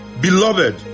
beloved